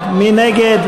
נגד?